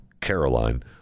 Caroline